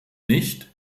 nicht